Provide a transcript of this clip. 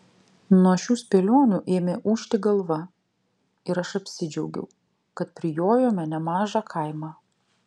nuo šių spėlionių ėmė ūžti galva ir aš apsidžiaugiau kad prijojome nemažą kaimą